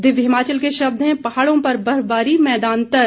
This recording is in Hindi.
दिव्य हिमाचल के शब्द हैं पहाड़ों पर बर्फबारी मैदान तर